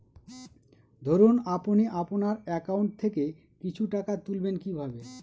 ধরুন আপনি আপনার একাউন্ট থেকে কিছু টাকা তুলবেন কিভাবে?